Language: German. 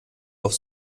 auf